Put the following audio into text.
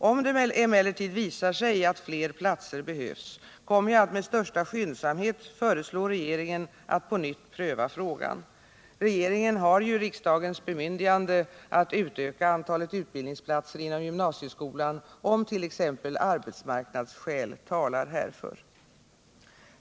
Om det emellertid visar sig att fler platser behövs, kommer jag att med största skyndsamhet föreslå regeringen att på nytt pröva frågan. Regeringen har ju riksdagens bemyndigande att utöka antalet utbildningsplatser inom gymnasieskolan, om t.ex. arbetsmarknadsskäl talar härför.